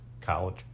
College